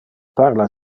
parla